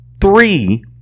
three